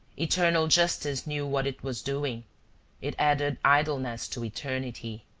eternal justice knew what it was doing it added idleness to eternity.